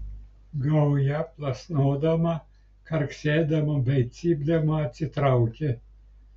gauja plasnodama karksėdama bei cypdama atsitraukė